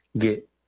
get